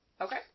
Okay